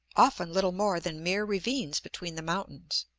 often little more than mere ravines between the mountains,